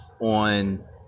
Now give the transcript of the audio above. on